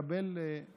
דודי, שר הסייבר המהולל